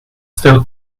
still